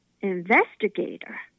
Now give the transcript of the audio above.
investigator